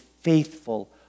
faithful